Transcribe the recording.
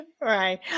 Right